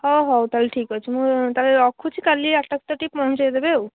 ହଉ ହଉ ତାହେଲେ ଠିକ୍ ଅଛି ମୁଁ ତାହେଲେ ରଖୁଛି କାଲି ଆଠଟା ସୁଦ୍ଧା ଟିକିଏ ପହଞ୍ଚେଇଦେବେ